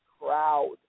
crowd